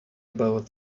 about